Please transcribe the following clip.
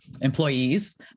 employees